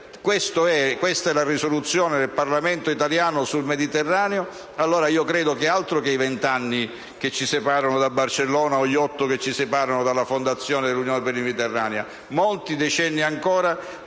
questa è la risoluzione del Parlamento italiano sul Mediterraneo, allora io credo che altro che i vent'anni che ci separano da Barcellona o gli otto che ci separano dalla fondazione dell'Unione per il Mediterraneo; molti decenni passeranno